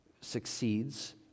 succeeds